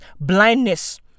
blindness